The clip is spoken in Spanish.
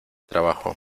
trabajo